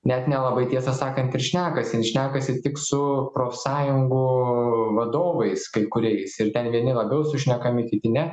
net nelabai tiesą sakant ir šnekasi jin šnekasi tik su profsąjungų vadovais kai kuriais ir ten vieni labiau sušnekami kiti ne